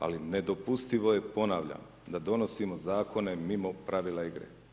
Ali nedopustivo je, ponavljam da donosimo zakone mimo pravila igre.